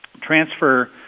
transfer